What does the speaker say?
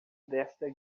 desta